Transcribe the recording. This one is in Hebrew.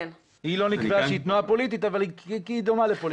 היא לא נקבע שהיא תנועה פוליטית אבל היא דומה לפוליטית.